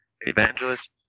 evangelist